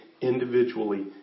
individually